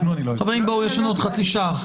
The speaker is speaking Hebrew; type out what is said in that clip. חברים, יש לנו עוד חצי שעה.